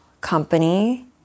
company